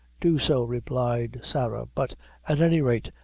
do so, replied sarah but at any rate,